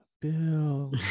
Bill